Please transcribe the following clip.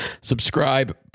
subscribe